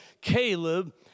Caleb